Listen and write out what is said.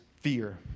fear